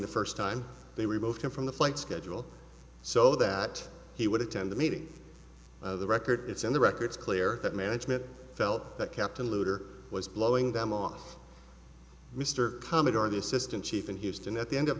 the first time they removed him from the flight schedule so that he would attend the meeting of the record it's in the records clear that management felt that captain looter was blowing them off mr commodore the assistant chief in houston at the end of